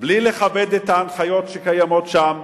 בלי לכבד את ההנחיות שקיימות שם.